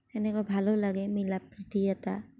তেনেকুৱা ভালো লাগে মিলাপ্ৰীতি এটা